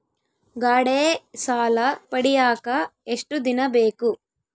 ಗಾಡೇ ಸಾಲ ಪಡಿಯಾಕ ಎಷ್ಟು ದಿನ ಬೇಕು?